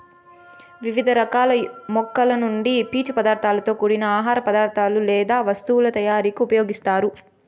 వివిధ రకాల మొక్కల నుండి పీచు పదార్థాలతో కూడిన ఆహార పదార్థాలు లేదా వస్తువుల తయారీకు ఉపయోగిస్తారు